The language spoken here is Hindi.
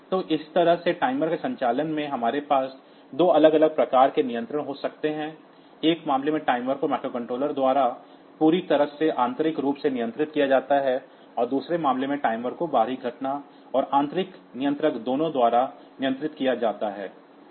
तो इस तरह से टाइमर के संचालन में हमारे पास 2 अलग अलग प्रकार के नियंत्रण हो सकते हैं एक मामले में टाइमर को माइक्रोकंट्रोलर द्वारा पूरी तरह से आंतरिक रूप से नियंत्रित किया जाता है और दूसरे मामले में टाइमर को बाहरी घटना और आंतरिक नियंत्रक दोनों द्वारा नियंत्रित किया जाता है